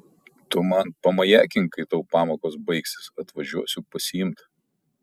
tu man pamajakink kai tau pamokos baigsis atvažiuosiu pasiimt